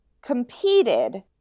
competed